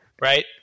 right